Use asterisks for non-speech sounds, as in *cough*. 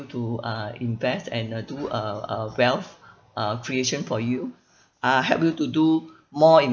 to uh invest and uh do uh uh wealth uh creation for you *breath* uh help you to do more